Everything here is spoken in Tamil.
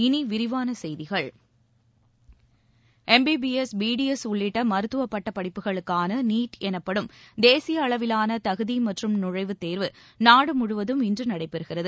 இனி விரிவான செய்திகள் எம்பிபிஎஸ் பிடிஎஸ் உள்ளிட்ட மருத்துவ பட்டப் படிப்புகளுக்கான நீட் எனப்படும் தேசிய அளவிலான தகுதி மற்றும் நுழைவுத் தேர்வு நாடு முழுவதும் இன்று நடைபெறுகிறது